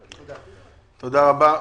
תודה רבה.